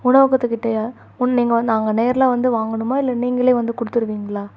உணவகத்துக்கிட்டயா உண் நீங்கள் வந் நாங்கள் நேர்ல வந்து வாங்கணுமா இல்லை நீங்களே வந்து கொடுத்துருவீங்களா